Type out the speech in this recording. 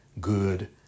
good